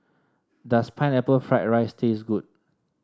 does Pineapple Fried Rice taste good